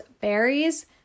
berries